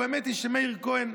והאמת היא שמאיר כהן,